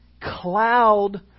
cloud